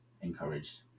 encouraged